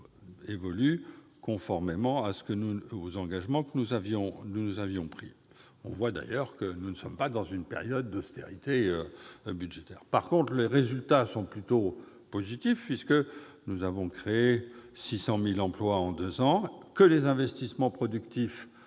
évoluent conformément aux engagements que nous avions pris. On voit d'ailleurs que nous ne sommes pas dans une période d'austérité budgétaire. Les résultats sont, en revanche, plutôt positifs. En effet, nous avons créé 600 000 emplois en deux ans, et les investissements productifs